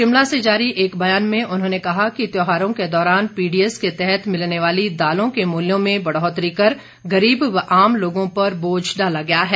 शिमला से जारी एक बयान में उन्होंने कहा कि त्यौहारों के दौरान पीडीएस के तहत मिलने वाली दालों के मूल्यों में बढ़ोतरी कर गरीब व आम लोगों पर बोझ डाला गया है